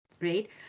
right